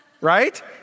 right